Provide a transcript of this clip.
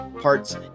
parts